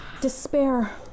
Despair